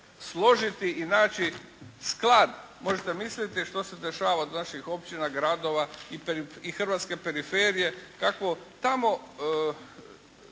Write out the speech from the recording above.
složiti i naći sklad možete misliti što se dešava od naših općina, gradova i hrvatske periferije, kako tamo